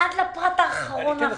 עד לפרט האחרון.